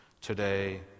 today